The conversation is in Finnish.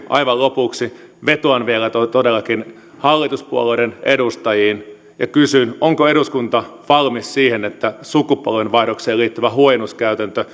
aivan lopuksi vetoan vielä todellakin hallituspuolueiden edustajiin ja kysyn onko eduskunta valmis siihen että sukupolvenvaihdokseen liittyvä huojennuskäytäntö